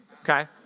okay